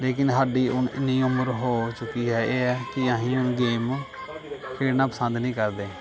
ਲੇਕਿਨ ਸਾਡੀ ਹੁਣ ਐਨੀ ਉਮਰ ਹੋ ਚੁੱਕੀ ਹੈ ਇਹ ਹੈ ਕਿ ਅਸੀਂ ਹੁਣ ਗੇਮ ਖੇਡਣਾ ਪਸੰਦ ਨਹੀਂ ਕਰਦੇ